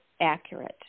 accurate